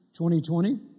2020